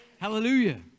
Hallelujah